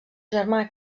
germà